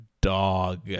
dog